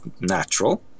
natural